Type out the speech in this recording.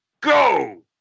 Go